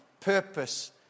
purpose